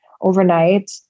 overnight